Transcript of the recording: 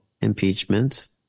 impeachments